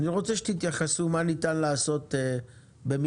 אני רוצה שתתייחסו מה ניתן לעשות במידה